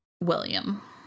William